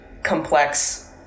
complex